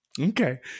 okay